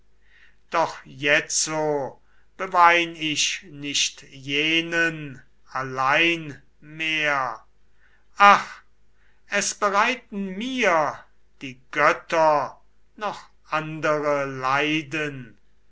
doch jetzo bewein ich nicht jenen allein mehr ach es bereiteten mir die götter noch andere leiden